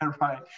Right